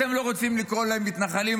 אתם לא רוצים לקרוא להם מתנחלים,